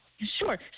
Sure